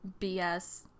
BS